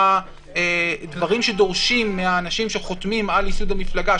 והדברים שדורשים מהאנשים שחותמים על יסוד המפלגה,